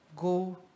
Go